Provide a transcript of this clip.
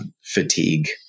fatigue